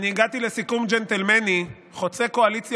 אני הגעתי לסיכום ג'נטלמני חוצה קואליציה